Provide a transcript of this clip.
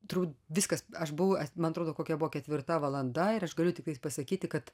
turbūt viskas aš buvau man atrodo kokia buvo ketvirta valanda ir aš galiu tiktais pasakyti kad